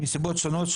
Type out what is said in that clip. מסיבות שונות,